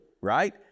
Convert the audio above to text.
right